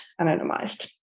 anonymized